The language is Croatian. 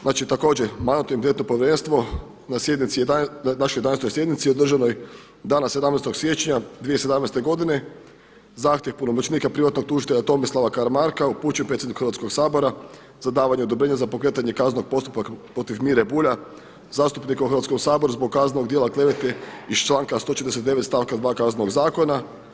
Znači također Mandatno-imunitetno povjerenstvo na sjednici, našoj 11. sjednici održanoj dana 17. siječnja 2017. godine zahtjev punomoćnika privatnog tužitelja Tomislava Karamarka upućen predsjedniku Hrvatskog sabora za davanje odobrenja za pokretanje kaznenog postupka protiv Mire Bulja, zastupnika u Hrvatskom saboru zbog kaznenog djela klevete iz članka 149. stavka 2. Kaznenog zakona.